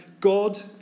God